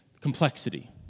complexity